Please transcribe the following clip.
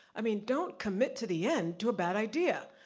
i mean don't commit to the end, to a bad idea,